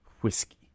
Whiskey